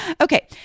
Okay